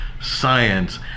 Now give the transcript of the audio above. science